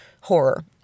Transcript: horror